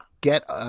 get